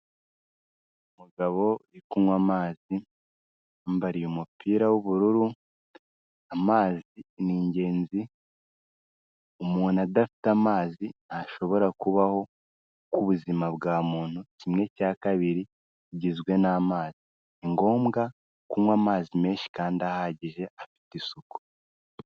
Umugabo uri kunywa amazi, wiyambariye umupira w'ubururu, amazi ni ingenzi. Umuntu adafite amazi ntashobora kubaho, kuko ubuzima bwa muntu kimwe cya kabiri kigizwe n'amazi. Ni ngombwa kunywa amazi menshi kandi ahagije, afite isuku.